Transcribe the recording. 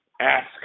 ask